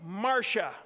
Marsha